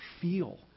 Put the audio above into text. feel